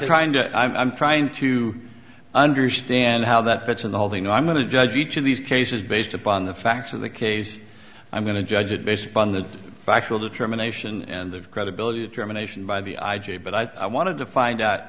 trying i'm trying to understand how that fits in the whole thing i'm going to judge each of these cases based upon the facts of the case i'm going to judge it based upon the factual determination and the credibility determination by the i g but i wanted to find out